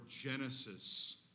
Genesis